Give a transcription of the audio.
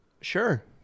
Sure